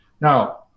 Now